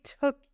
took